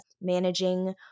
managing